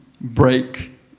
break